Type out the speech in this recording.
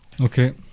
Okay